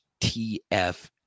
TF